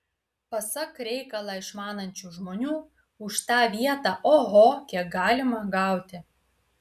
pasak reikalą išmanančių žmonių už tą vietą oho kiek galima gauti